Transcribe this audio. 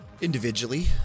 individually